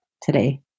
today